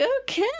okay